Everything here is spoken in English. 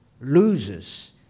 loses